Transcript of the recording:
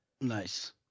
Nice